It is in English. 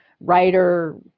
writer